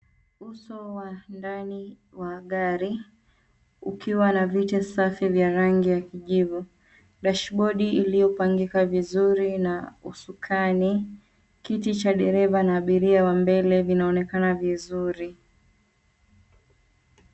Uso wa ndani wa gari ukiwa na viti safi vya rangi ya kijivu, dashibodi iliyopangika vizuri na usukani, kiti cha dereva na abiria wa mbele vinaonekana vizuri.